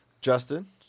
Justin